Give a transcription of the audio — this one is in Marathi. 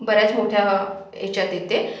बऱ्याच मोठ्या याच्यात येते